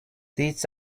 deeds